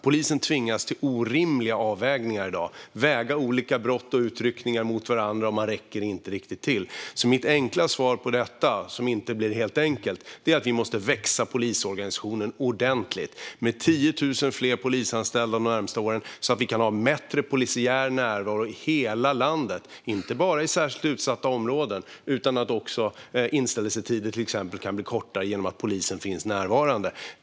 Polisen tvingas i dag till orimliga avvägningar - väga olika brott och utryckningar mot varandra - och man räcker inte riktigt till. Mitt enkla svar på denna fråga, som inte blir helt enkelt, är att vi måste låta polisorganisationen växa ordentligt med 10 000 fler polisanställda under de närmaste åren. Då kan vi få en bättre polisiär närvaro i hela landet och inte bara i särskilt utsatta områden, så att till exempel inställelsetider kan bli kortare genom att polisen finns närvarande.